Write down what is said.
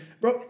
Bro